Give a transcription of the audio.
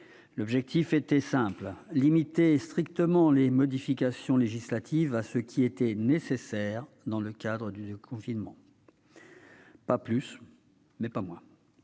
L'objectif était simple : limiter strictement les modifications législatives à ce qui était nécessaire dans le cadre du déconfinement. Pas plus, mais pas moins,